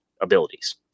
abilities